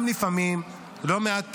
גם לפעמים, לא מעט פעמים,